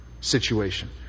situation